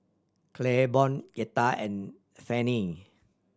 Claiborne Yetta and Fannye